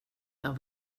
jag